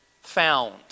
found